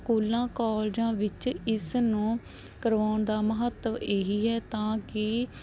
ਸਕੂਲਾਂ ਕਾਲਜਾਂ ਵਿੱਚ ਇਸ ਨੂੰ ਕਰਵਾਉਣ ਦਾ ਮਹੱਤਵ ਇਹੀ ਹੈ ਤਾਂ ਕਿ